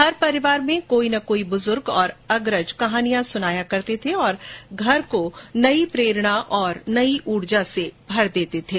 हर परिवार में कोई न कोई बुजुर्ग और अग्रज कहानियां सुनाया करते थे और घर में नई प्रेरणा नई ऊर्जा से भर देते थे